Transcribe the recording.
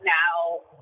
now